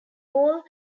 whole